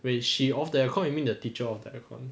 wait she off the aircon you mean the teacher off the aircon